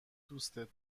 دوستت